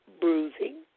bruising